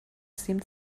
seemed